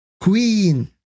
Queen